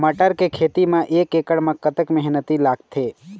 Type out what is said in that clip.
मटर के खेती म एक एकड़ म कतक मेहनती लागथे?